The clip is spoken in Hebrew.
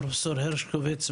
פרופ' הרשקוביץ,